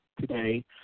Today